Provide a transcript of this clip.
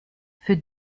für